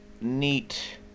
neat